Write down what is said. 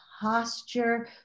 posture